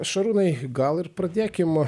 šarūnai gal ir pradėkim